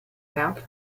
verb